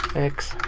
x,